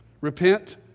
Repent